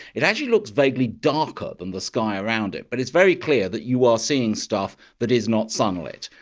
it actually looks vaguely darker than the sky around it, but it's very clear that you are seeing stuff that is not sunlit,